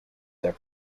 their